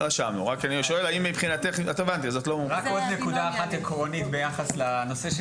רק עוד נקודה אחת עקרונית ביחס לנושא של